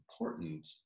important